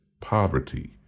poverty